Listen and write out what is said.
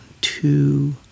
two